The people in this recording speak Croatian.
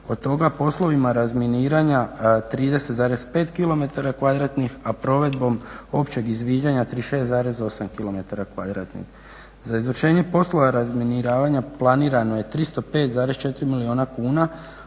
od toga poslovima razminiranja 30,5 km kvadratnih a provedbom općeg izviđanja 36,8 km kvadratnih. Za izvršenje poslova razminiravanja planirano je 305,4 milijuna kuna